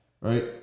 right